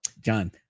john